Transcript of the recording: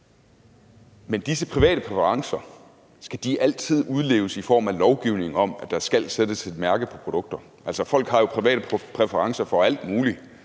skal disse private præferencer altid udleves i form af lovgivning om, at der skal sættes et mærke på produktet? Folk har jo private præferencer for alt muligt.